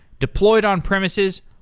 deployed on premises,